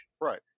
Right